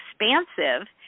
expansive